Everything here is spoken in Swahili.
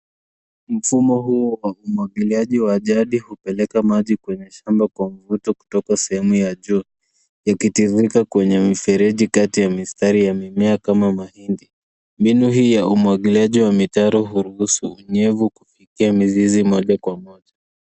Mfumo huu wa umwagiliaji wa jadi hupeleka maji kwenye shamba kwa mvuto kutoka sehemu ya juu, ikitiririka kwenye mifereji kati ya mistari ya mimea kama mahindi. Mbinu hii ya umwagiliaji wa mitaro huruhusu unyevu kufikia mizizi moja kwa moja.